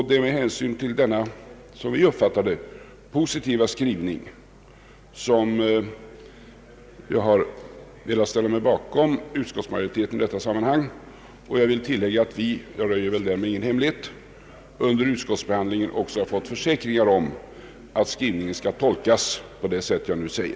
Det är med hänsyn till denna — som vi uppfattar det — positiva skrivning som jag har velat förena mig med utskottsmajoriteten i detta sammanhang. Jag vill tillägga — och jag röjer väl därmed ingen hemlighet — att vi under utskottsbehandlingen också fått försäkran om att skrivningen skall tolkas på det sätt jag nu sagt.